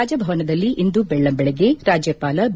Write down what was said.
ರಾಜಭವನದಲ್ಲಿ ಇಂದು ದೆಳ್ಳಂದೆಳಗ್ಗೆ ರಾಜ್ಯಪಾಲ ಬಿ